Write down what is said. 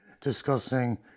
discussing